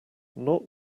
not